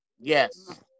Yes